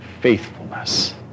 faithfulness